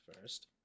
first